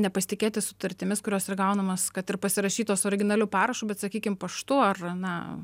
nepasitikėti sutartimis kurios yra gaunamas kad ir pasirašytos originaliu parašu bet sakykim paštu ar na